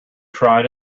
tried